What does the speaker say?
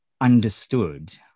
understood